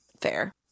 Fair